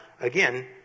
again